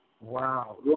Wow